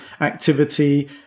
activity